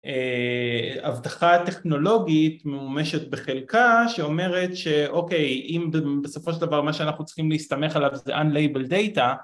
‫אבדחה טכנולוגית מומשת בחלקה ‫שאומרת שאוקיי, אם בסופו של דבר ‫מה שאנחנו צריכים להסתמך עליו ‫זה data unlabeled,